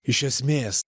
iš esmės